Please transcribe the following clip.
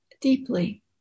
deeply